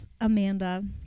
Amanda